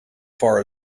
far